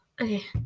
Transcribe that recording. Okay